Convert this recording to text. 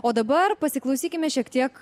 o dabar pasiklausykime šiek tiek